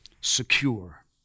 secure